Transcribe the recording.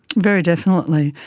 very definitely,